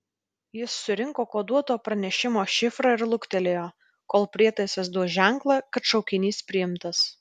jis surinko koduoto pranešimo šifrą ir luktelėjo kol prietaisas duos ženklą kad šaukinys priimtas